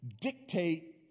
Dictate